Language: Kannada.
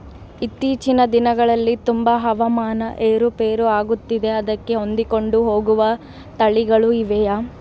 ಇತ್ತೇಚಿನ ದಿನಗಳಲ್ಲಿ ತುಂಬಾ ಹವಾಮಾನ ಏರು ಪೇರು ಆಗುತ್ತಿದೆ ಅದಕ್ಕೆ ಹೊಂದಿಕೊಂಡು ಹೋಗುವ ತಳಿಗಳು ಇವೆಯಾ?